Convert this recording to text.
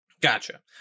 Gotcha